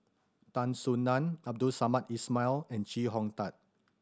Tan Soo Nan Abdul Samad Ismail and Chee Hong Tat